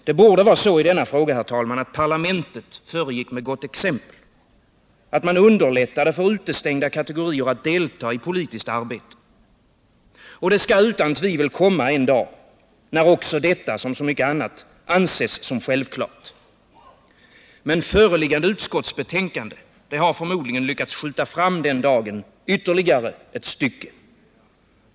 Det borde vara så i denna fråga, herr talman, att parlamentet föregick med gott exempel och underlättade för utestängda kategorier att delta i politiskt arbete. Det skall också utan tvivel komma en dag när detta liksom så mycket annat anses självklart. Men föreliggande utskottsbetänkande har förmodligen lyckats skjuta fram den dagen ytterligare ett stycke.